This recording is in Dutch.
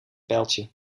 pijltje